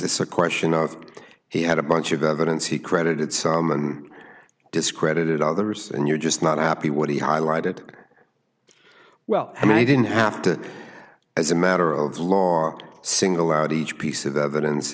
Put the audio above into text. this a question of he had a bunch of evidence he credited some and discredited others and you're just not happy what he highlighted well i mean i didn't have to as a matter of the law to single out each piece of evidence